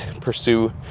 pursue